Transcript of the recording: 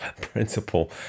principle